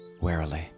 warily